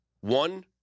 One